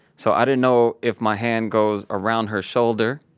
so, i didn't know if my hand goes around her shoulder